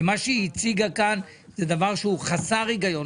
ומה שהיא הציגה כאן זה דבר חסר הגיון.